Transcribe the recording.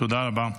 תודה רבה.